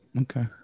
Okay